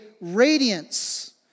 radiance